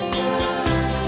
time